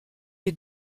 les